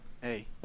Hey